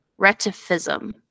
retifism